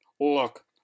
Look